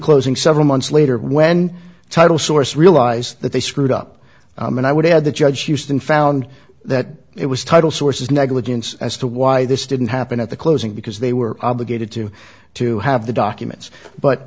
closing several months later when title source realize that they screwed up and i would add the judge houston found that it was total sources negligence as to why this didn't happen at the closing because they were obligated to to have the documents but